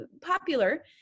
popular